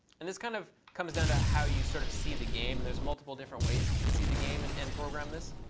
and this kind of comes down to how you sort of see the game. and there's multiple different ways you could see the game and and program this.